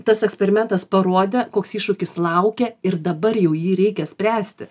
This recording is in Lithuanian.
tas eksperimentas parodė koks iššūkis laukia ir dabar jau jį reikia spręsti